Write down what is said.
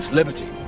liberty